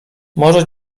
może